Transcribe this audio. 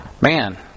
man